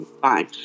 fine